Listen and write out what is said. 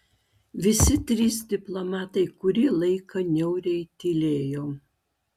visi trys diplomatai kurį laiką niauriai tylėjo